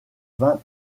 vin